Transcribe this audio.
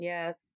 Yes